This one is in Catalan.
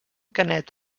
canet